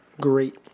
great